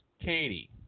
Katie